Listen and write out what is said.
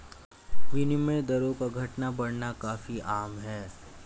विनिमय दरों का घटना बढ़ना काफी आम है